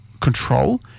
control